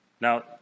now